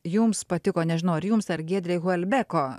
jums patiko nežinau ar jums ar giedrei volbeko